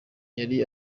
yari